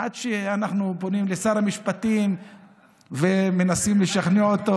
עד שאנחנו פונים לשר המשפטים ומנסים לשכנע אותו.